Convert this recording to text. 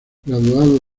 graduado